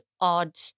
odd